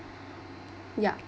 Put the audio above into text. yup